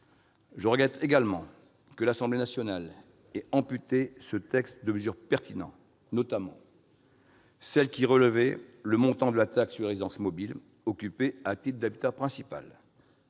Je regrette aussi que l'Assemblée nationale ait amputé ce texte de mesures pertinentes. J'en citerai trois : le relèvement du montant de la taxe sur les résidences mobiles occupées à titre d'habitat principal